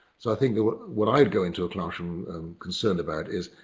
so i think that what what i'd go into a classroom concerned about is,